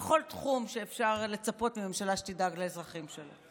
בכל תחום שבו אפשר לצפות מממשלה שתדאג לאזרחים שלה.